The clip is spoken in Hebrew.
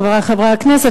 חברי חברי הכנסת,